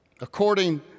according